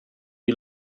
you